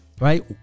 right